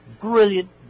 Brilliant